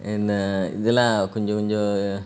and err இதுலாம் கொஞ்சம் கொஞ்சம்:idhulam konjam konjam